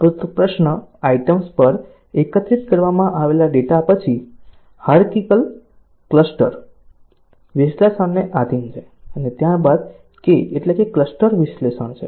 ઉપરોક્ત દરેક પ્રશ્ન આઇટમ્સ પર એકત્રિત કરવામાં આવેલા ડેટા પછી હાયરાર્કિકલ ક્લસ્ટર વિશ્લેષણને આધિન છે અને ત્યારબાદ k એટલે ક્લસ્ટર વિશ્લેષણ છે